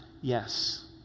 Yes